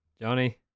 Johnny